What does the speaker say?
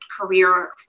career